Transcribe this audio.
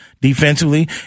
defensively